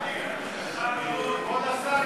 כבוד השר,